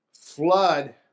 flood